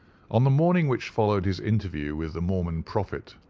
on the morning which followed his interview with the mormon prophet,